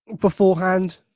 Beforehand